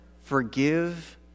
forgive